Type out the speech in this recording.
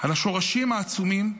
על השורשים העצומים שלנו,